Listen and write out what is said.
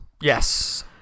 Yes